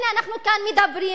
הנה, אנחנו כאן מדברים,